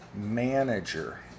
manager